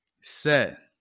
set